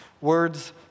Words